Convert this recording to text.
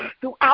throughout